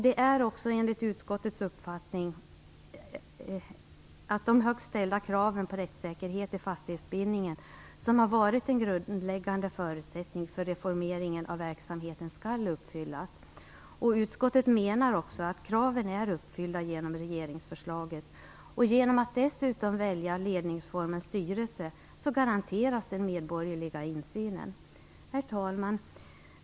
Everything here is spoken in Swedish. Det är enligt utskottets uppfattning så att de högt ställda kraven på rättssäkerhet i fastighetsbildningen, som varit en grundläggande förutsättning för reformeringen av verksamheten, skall uppfyllas. Utskottet menar att kraven är uppfyllda genom regeringsförslaget. Genom att dessutom välja ledningsformen styrelse garanteras den medborgerliga insynen. Herr talman!